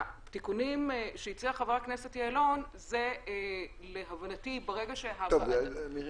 התיקונים שהציע חבר הכנסת יעלון הם להבנתי ברגע --- מירי,